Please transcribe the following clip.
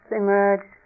emerge